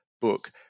book